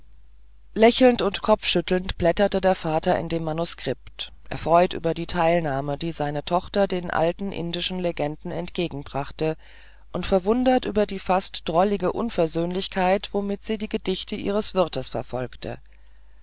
lächelnd und kopfschüttelnd blätterte der vater in dem manuskript erfreut über die teilnahme die seine tochter den alten indischen legenden entgegenbrachte und verwundert über die fast drollige unversöhnlichkeit womit sie die gedichte ihres wirtes verfolgte